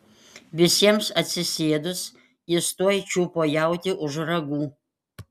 visiems atsisėdus jis tuoj čiupo jautį už ragų